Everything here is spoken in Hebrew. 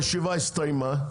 הישיבה הסתיימה,